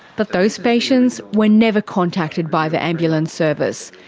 but those patients were never contacted by the ambulance service.